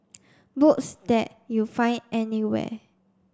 books that you find anywhere